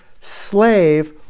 slave